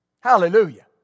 Hallelujah